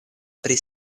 pri